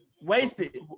Wasted